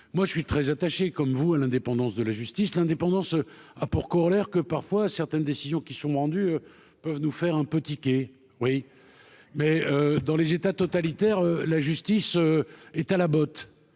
moi je suis très attaché comme vous à l'indépendance de la justice, l'indépendance a pour corollaire que parfois certaines décisions qui sont vendus peuvent nous faire un peu tiqué oui mais dans les états totalitaires, la justice est à la botte,